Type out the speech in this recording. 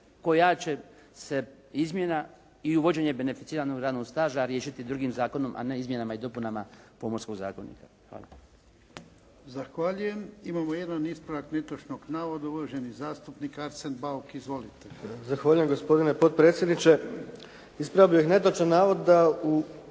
koja će se izmjena i uvođenje beneficiranoga radnog staža riješiti drugim zakonom a ne izmjenama i dopunama Pomorskog zakonika. Hvala. **Jarnjak, Ivan (HDZ)** Zahvaljujem. Imamo jedan ispravak netočnog navoda uvaženi zastupnik Arsen Bauk. Izvolite. **Bauk, Arsen (SDP)** Zahvaljujem gospodine potpredsjedniče, ispravio bih netočan navod da u